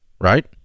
right